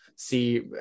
see